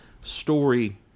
story